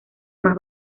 más